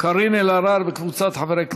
קארין אלהרר וקבוצת חברי הכנסת: